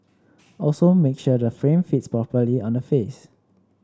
also make sure the frame fits properly on the face